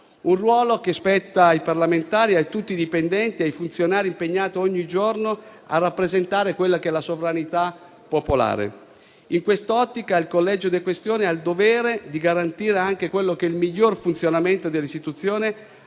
un ruolo che spetta ai parlamentari, a tutti i dipendenti e ai funzionari impegnati ogni giorno a rappresentare la sovranità popolare. In quest'ottica, il Collegio dei Questori ha il dovere di garantire anche il miglior funzionamento dell'istituzione,